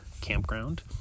Campground